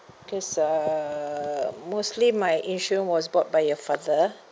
because uh mostly my insurance was bought by your father